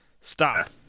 Stop